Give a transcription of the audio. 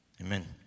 amen